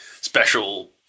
special